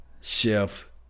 Chef